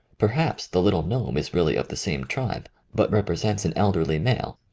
perhaps the little gnome is really of the same tribe, but represents an elderly male,